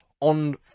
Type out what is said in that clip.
on